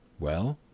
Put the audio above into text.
well?